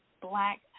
black